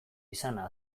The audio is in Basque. izana